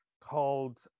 called